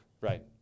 Right